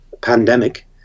pandemic